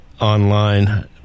online